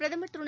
பிரதம் திரு